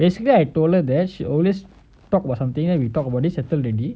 bascially I told her that she always talk about something then we talk about then settle already